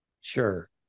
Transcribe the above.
Sure